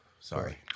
sorry